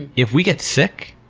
if we get sick,